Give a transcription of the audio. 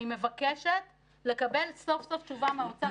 אני מבקשת לקבל סוף סוף תשובה מהאוצר.